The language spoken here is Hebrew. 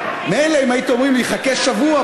מילא אם הייתם אומרים לי: חכה שבוע,